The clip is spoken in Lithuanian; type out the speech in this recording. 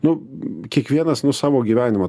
nu kiekvienas nu savo gyvenimą